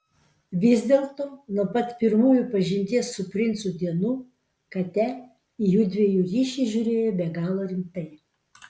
vis dėlto nuo pat pirmųjų pažinties su princu dienų kate į jųdviejų ryšį žiūrėjo be galo rimtai